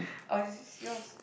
orh this is yours